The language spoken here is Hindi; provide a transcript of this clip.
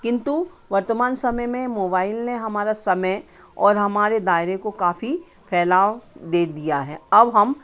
किन्तु वर्तमान समय में मोबाईल ने हमारा समय और हमारे दायरे को काफी फैलाव दे दिया है अब हम